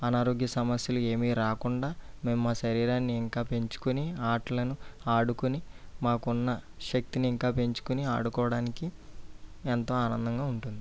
అనారోగ్య సమస్యలు ఏమి రాకుండా మేము మా శరీరాన్ని ఇంకా పెంచుకొని ఆటలను ఆడుకొని మాకున్న శక్తిని ఇంకా పెంచుకొని ఆడుకోవడానికి ఎంతో ఆనందంగా ఉంటుంది